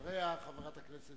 חבר הכנסת